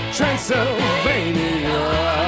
Transylvania